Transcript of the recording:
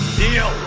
deal